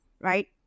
Right